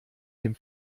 dem